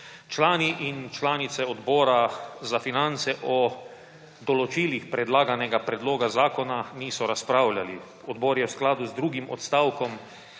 Člani in članice Odbora za finance o določilih predlaganega predloga zakona niso razpravljali. Odbor je v skladu z drugim odstavkom